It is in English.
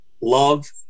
love